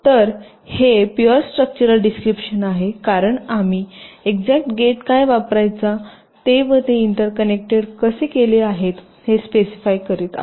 तर हे pure structural description आहे कारण आम्ही एक्सझाट गेट काय वापरायचे ते व ते इंटर कनेक्टेड कसे केले आहेत हे स्पेसिफाय करीत आहोत